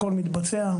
הכול מתבצע.